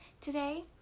today